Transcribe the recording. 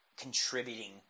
contributing